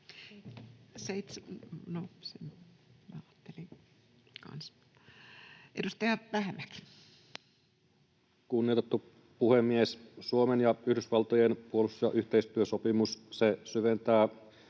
Content: Kunnioitettu puhemies! Suomen ja Yhdysvaltojen puolustusyhteistyösopimus syventää